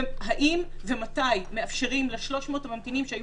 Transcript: האם ומתי מאפשרים ל-300 היהודים שהיו